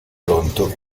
pronto